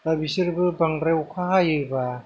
दा बिसोरबो बांद्रा अखा हायोबा